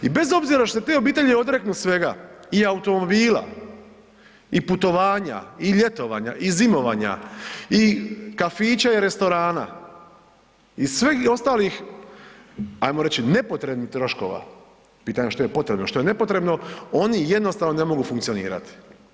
I bez obzira što se te obitelji odreknu svega i automobila i putovanja i ljetovanja i zimovanja i kafića i restorana i sveg i ostalih, ajmo reći, nepotrebnih troškova, pitanje je što je potrebno, što je nepotrebno, oni jednostavno ne mogu funkcionirati.